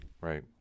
right